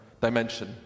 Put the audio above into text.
dimension